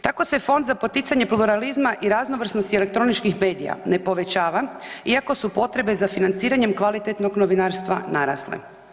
Tako se Fond za poticanje pluralizma i raznovrsnosti elektroničkih medija ne povećava iako su potrebe za financiranjem kvalitetnog novinarstva narasle.